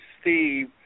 Steve